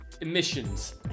emissions